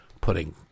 putting